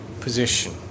position